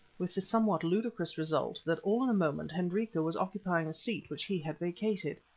with the somewhat ludicrous result that all in a moment hendrika was occupying the seat which he had vacated.